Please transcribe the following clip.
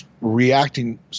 reacting